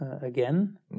again